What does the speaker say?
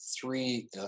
three